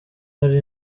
hari